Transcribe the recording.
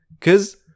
cause